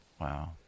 Wow